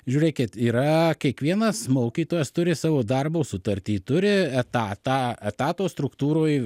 žiūrėkit yra kiekvienas mokytojas turi savo darbo sutartį turi etatą etato struktūroj